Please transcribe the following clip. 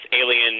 alien